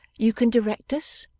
you can direct us